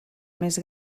més